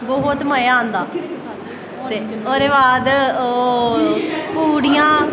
बौह्त मज़ा आंदा ओह्दे बाद ओह् पूड़ियां